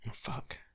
Fuck